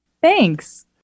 Thanks